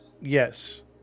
Yes